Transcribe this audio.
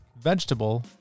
vegetable